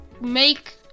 make